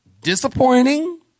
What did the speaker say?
Disappointing